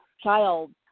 child